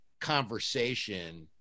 conversation